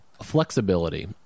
flexibility